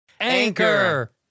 Anchor